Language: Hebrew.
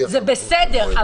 זה בסדר,